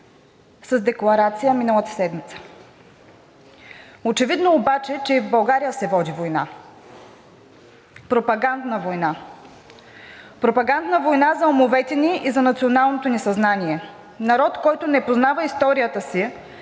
с декларация миналата седмица. Очевидно е обаче, че и в България се води война – пропагандна война, пропагандна война за умовете ни и за националното ни съзнание. Народ, който не познава историята си,